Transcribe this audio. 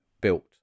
built